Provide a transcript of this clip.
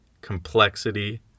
complexity